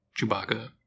Chewbacca